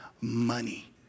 money